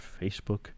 Facebook